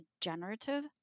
generative